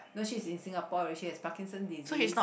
no she's in Singapore already she has Parkinson's disease